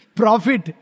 profit